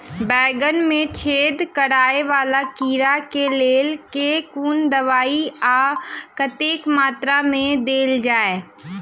बैंगन मे छेद कराए वला कीड़ा केँ लेल केँ कुन दवाई आ कतेक मात्रा मे देल जाए?